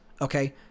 Okay